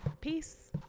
Peace